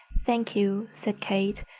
thank you, said kate.